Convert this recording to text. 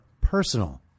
personal